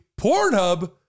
Pornhub